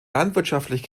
landwirtschaftlich